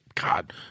God